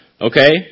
Okay